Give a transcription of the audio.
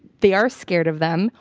they are scared of them,